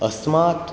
अस्मात्